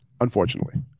unfortunately